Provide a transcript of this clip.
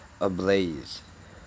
ablaze